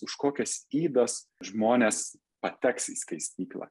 už kokias ydas žmonės pateks į skaistyklą